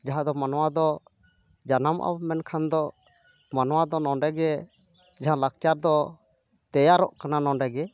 ᱡᱟᱦᱟᱸ ᱫᱚ ᱢᱟᱱᱣᱟ ᱫᱚ ᱡᱟᱱᱟᱢᱚᱜᱼᱟᱵᱚᱱ ᱢᱮᱱᱠᱷᱟᱱ ᱫᱚ ᱢᱟᱱᱚᱣᱟ ᱫᱚ ᱱᱚᱸᱰᱮᱜᱮ ᱡᱟᱦᱟᱸ ᱞᱟᱠᱪᱟᱨ ᱫᱚ ᱛᱮᱭᱟᱨᱚᱜ ᱠᱟᱱᱟ ᱱᱚᱸᱰᱮ ᱜᱮ